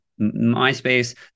MySpace